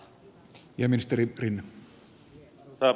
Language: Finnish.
arvoisa puhemies